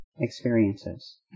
experiences